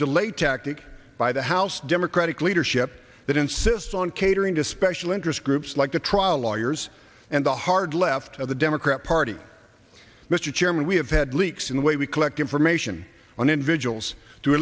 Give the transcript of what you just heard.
tactic by the house democratic leadership that insists on catering to special interest groups like the trial lawyers and the hard left of the democrat party mr chairman we have had leaks in the way we collect information on individuals